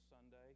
Sunday